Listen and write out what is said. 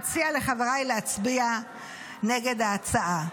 אציע לחבריי להצביע נגד ההצעה.